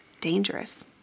dangerous